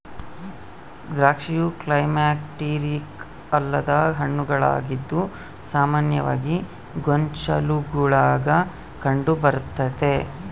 ದ್ರಾಕ್ಷಿಯು ಕ್ಲೈಮ್ಯಾಕ್ಟೀರಿಕ್ ಅಲ್ಲದ ಹಣ್ಣುಗಳಾಗಿದ್ದು ಸಾಮಾನ್ಯವಾಗಿ ಗೊಂಚಲುಗುಳಾಗ ಕಂಡುಬರ್ತತೆ